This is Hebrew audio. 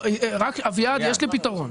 אביעד, יש לי פתרון.